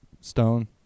stone